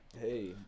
Hey